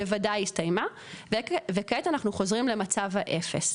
בוודאי הסתיימה וכעת אנחנו חוזרים למצב האפס,